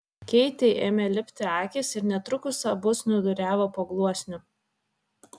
keitei ėmė lipti akys ir netrukus abu snūduriavo po gluosniu